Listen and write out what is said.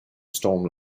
storm